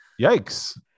Yikes